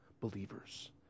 believers